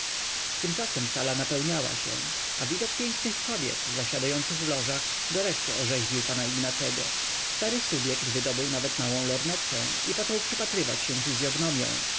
tymczasem sala napełniała się a widok pięknych kobiet zasiadających w lożach do reszty orzeźwił pana ignacego stary subjekt wydobył nawet małą lorynetkę i zaczął przypatrywać się fizyognomiom